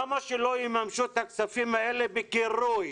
למה שלא יממשו את הכספים האלה בקרוי